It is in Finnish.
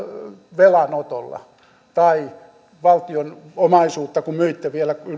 velanotolla ja valtion omaisuutta kun myitte vielä